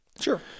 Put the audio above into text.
Sure